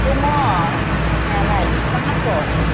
दङ दंनायालाय बेसेबां नांगौ